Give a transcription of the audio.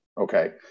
okay